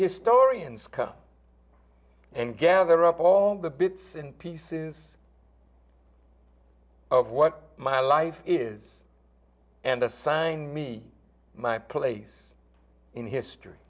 historians come and gather up all the bits and pieces of what my life is and assigned me my place in history